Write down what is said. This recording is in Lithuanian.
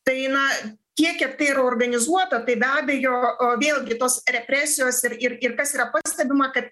tai na tiek kiek tai yra organizuota tai be abejo vėlgi tos represijos ir ir ir kas yra pastebima kad